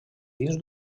dins